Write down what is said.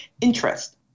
interest